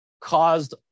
caused